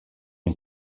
ont